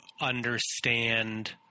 understand